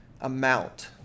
amount